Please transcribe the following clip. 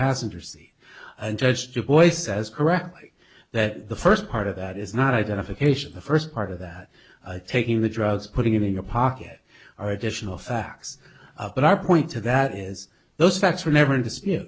passenger seat and judge dubois says correctly that the first part of that is not identification the first part of that taking the drugs putting him in your pocket are additional facts but our point to that is those